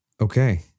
Okay